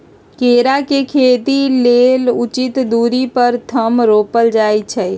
केरा के खेती लेल उचित दुरी पर थम रोपल जाइ छै